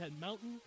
Mountain